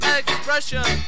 expression